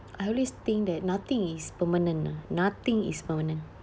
I always think that nothing is permanent ah nothing is permanent